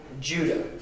Judah